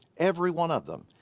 every one of them.